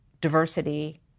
diversity